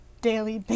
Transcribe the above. daily